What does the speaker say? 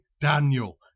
Daniel